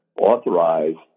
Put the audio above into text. authorized